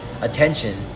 attention